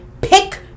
Pick